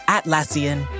Atlassian